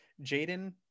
Jaden